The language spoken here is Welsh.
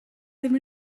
ddim